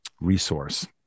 resource